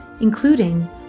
including